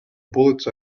bullets